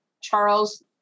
Charles